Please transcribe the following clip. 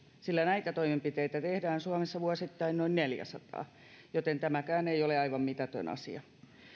sillä näitä toimenpiteitä tehdään suomessa vuosittain noin neljäsataa joten tämäkään ei ole aivan mitätön asia